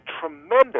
tremendous